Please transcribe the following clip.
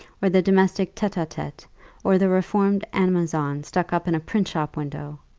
or the domestic tete-a-tete or the reformed amazon stuck up in a print-shop window!